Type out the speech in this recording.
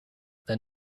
than